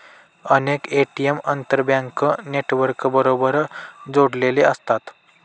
अनेक ए.टी.एम आंतरबँक नेटवर्कबरोबर जोडलेले असतात